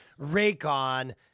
Raycon